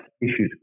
issues